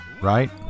right